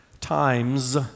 times